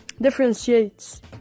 differentiates